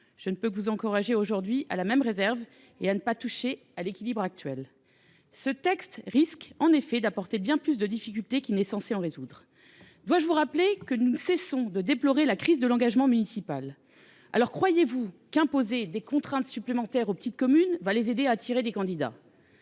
Je ne peux que vous encourager aujourd’hui à la même réserve et à ne pas toucher à l’équilibre actuel. Oui ! Ce texte risque en effet de créer bien plus de difficultés qu’il n’est censé en résoudre. Dois je vous rappeler que nous ne cessons de déplorer la crise de l’engagement municipal ? Croyez vous qu’imposer des contraintes supplémentaires aux petites communes les aidera à attirer des candidats ?